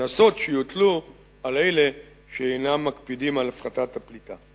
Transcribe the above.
קנסות שיוטלו על אלה שאינם מקפידים על הפחתת הפליטה.